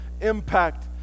impact